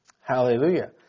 Hallelujah